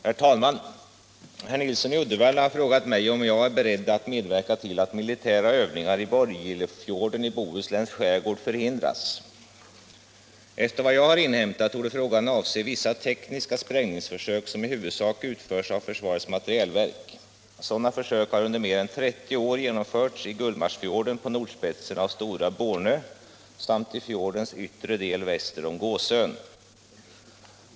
Herr talman! Herr Nilsson i Uddevalla har frågat mig om jag är beredd att medverka till att militära övningar i Borgilefjorden i Bohusläns skärgård förhindras. Efter vad jag har inhämtat torde frågan avse vissa tekniska sprängningsförsök, som i huvudsak utförs av försvarets materielverk. Sådana försök har under mer än 30 år genomförts i Gullmarsfjorden på nordspetsen av Stora Bornö samt i fjordens yttre del väster om Gåsön.